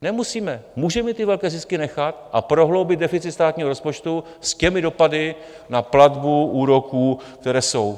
Nemusíme, můžeme ty velké zisky nechat a prohloubit deficit státního rozpočtu s dopady na platbu úroků, které jsou.